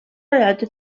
rellotge